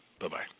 Bye-bye